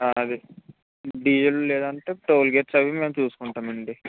అలాగే డీజిల్ లేదంటే toll gates అవి మేము చూసుకుంటాం అండి